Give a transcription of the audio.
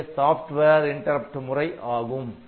இதுவே software interrupt முறை ஆகும்